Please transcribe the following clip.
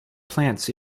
plants